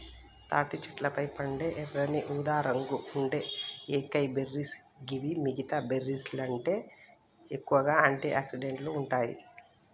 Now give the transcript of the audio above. తాటి చెట్లపై పండే ఎర్రని ఊదారంగు పండ్లే ఏకైబెర్రీస్ గివి మిగితా బెర్రీస్కంటే ఎక్కువగా ఆంటి ఆక్సిడెంట్లు ఉంటాయి